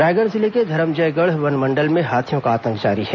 रायगढ़ जिले के धरमजयगढ़ वनमंडल में हाथियों का आतंक जारी है